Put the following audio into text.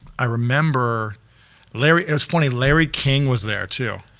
i remember larry, it's funny, larry king was there, too.